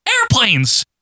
airplanes